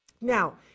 Now